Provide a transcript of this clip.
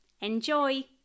Enjoy